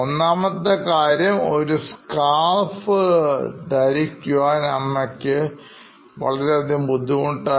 ഒന്നാമത്തെ കാര്യം ഒരു scarf ധരിക്കുവാൻഅമ്മയ്ക്ക് വളരെയധികം ബുദ്ധിമുട്ടായിരുന്നു